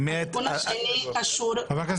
פטור רק לקריאה